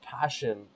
passion